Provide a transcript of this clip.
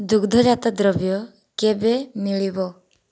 ଦୁଗ୍ଧଜାତ ଦ୍ରବ୍ୟ କେବେ ମିଳିବ